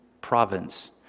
province